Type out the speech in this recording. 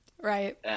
Right